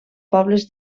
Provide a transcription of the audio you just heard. pobles